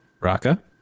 Raka